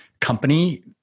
company